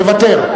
מוותר?